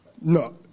No